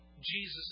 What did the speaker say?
Jesus